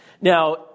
Now